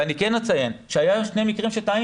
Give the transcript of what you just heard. אני כן אציין שהיו שני מקרים שטעינו.